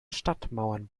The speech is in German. stadtmauern